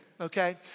okay